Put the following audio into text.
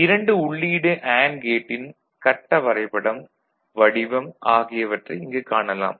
2 உள்ளீடு அண்டு கேட்டின் கட்ட வரைபடம் வடிவம் ஆகியவற்றை இங்கு காணலாம்